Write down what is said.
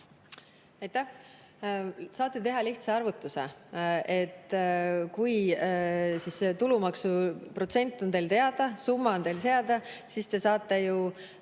Aitäh! Saate teha lihtsa arvutuse. Kui tulumaksu protsent on teil teada, summa on teil teada, siis te saate ju